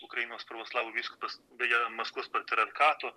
ukrainos pravoslavų vyskupas beje maskvos patriarchato